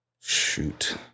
shoot